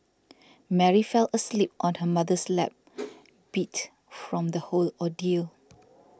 Mary fell asleep on her mother's lap beat from the whole ordeal